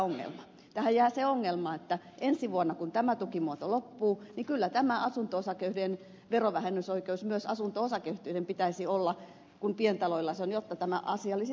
tähän jää se ongelma että ensi vuonna kun tämä tukimuoto loppuu kyllä tämä verovähennysoikeus myös asunto osakeyhtiöillä pitäisi olla kuten pientaloilla jotta tämä asia olisi tasapuolinen